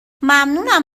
ممنونم